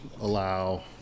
allow—